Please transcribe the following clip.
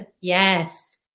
yes